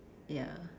ya